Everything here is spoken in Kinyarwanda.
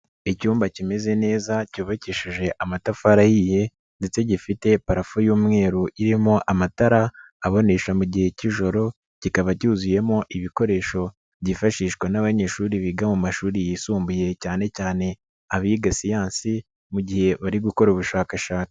Icyumba kimeze neza cyubakishije amatafari ahiye ndetse gifite parafo y'umweru irimo amatara abonesha mu gihe k'ijoro, kikaba cyuzuyemo ibikoresho byifashishwa n'abanyeshuri biga mu mashuri yisumbuye cyane cyane abiga siyansi mu gihe bari gukora ubushakashatsi.